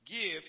Give